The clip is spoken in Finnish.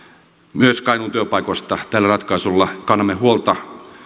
myös kainuun työpaikoista tällä ratkaisulla kannamme huolta